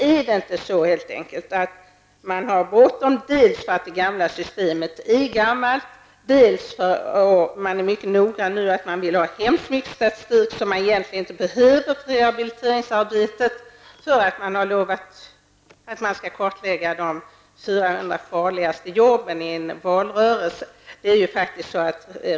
Är det inte så enkelt att man har bråttom dels för att det nuvarande systemet är gammalt, dels för att man är noga med att ha hemskt mycket statistik som man egentligen inte behöver för rehabiliteringsarbetet men för att man lovade i en valrörelse att kartlägga de 400 000 farligaste jobben?